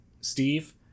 Steve